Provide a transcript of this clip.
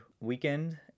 weekend